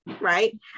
right